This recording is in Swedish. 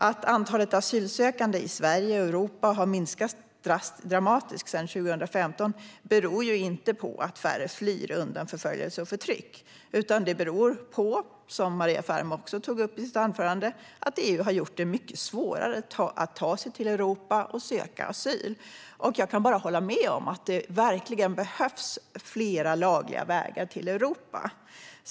Att antalet asylsökande i Sverige och Europa har minskat dramatiskt sedan 2015 beror ju inte på att färre flyr undan förföljelse och förtryck, utan det beror på - som också Maria Ferm tog upp i sitt anförande - att EU har gjort det mycket svårare att ta sig till Europa och söka asyl. Jag kan hålla med om att det verkligen behövs fler lagliga vägar till Europa.